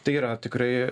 tai yra tikrai